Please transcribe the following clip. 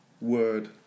Word